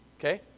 Okay